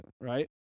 right